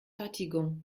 fatigant